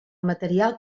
material